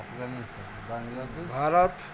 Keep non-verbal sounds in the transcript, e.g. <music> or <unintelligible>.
<unintelligible> Bharat